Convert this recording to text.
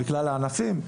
בכלל הענפים,